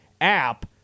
app